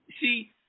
See